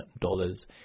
dollars